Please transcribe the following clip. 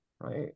right